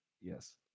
Yes